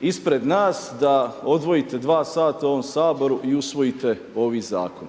ispred nas da odvojite 2 sata u ovom Saboru i usvojite ovaj zakon.